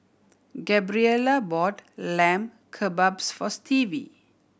Gabriela bought Lamb Kebabs for Stevie